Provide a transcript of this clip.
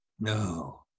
No